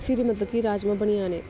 फिर मतलब कि राजमांह् बनी जाने